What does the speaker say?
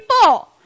people